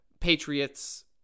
Patriots